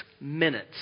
minutes